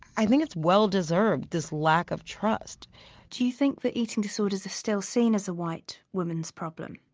i think it's well deserved, this lack of trust do you think that eating disorders are still seen as a white woman's problem?